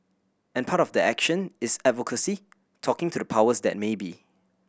and part of that action is advocacy talking to the powers that may be